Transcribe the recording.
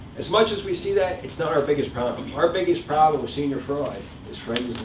as much as we see that, it's not our biggest problem. our biggest problem with senior fraud is friends,